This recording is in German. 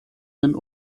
den